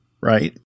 right